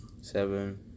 Seven